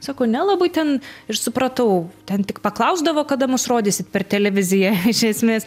sako nelabai ten ir supratau ten tik paklausdavo kada mus rodysit per televiziją iš esmės